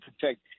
protect